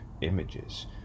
images